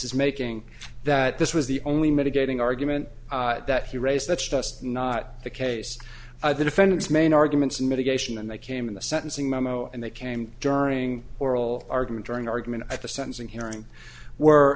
is making that this was the only mitigating argument that he raised that's just not the case the defendant's main arguments in mitigation and they came in the sentencing memo and they came during oral argument during argument at the sentencing hearing were